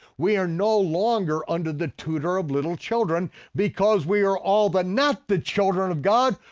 we are no longer under the tutor of little children because we are all but not the children of god,